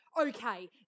okay